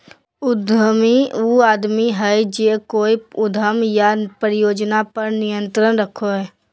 उद्यमी उ आदमी हइ जे कोय उद्यम या परियोजना पर नियंत्रण रखो हइ